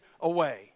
away